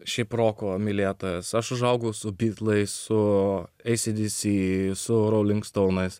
šiaip roko mylėtojas aš užaugau su bitlais su acdc ru rouling stounais